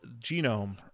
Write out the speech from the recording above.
Genome